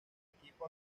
equipo